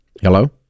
hello